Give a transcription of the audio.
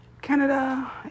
Canada